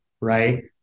right